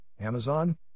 Amazon